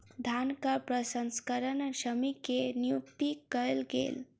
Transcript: धानक प्रसंस्करणक श्रमिक के नियुक्ति कयल गेल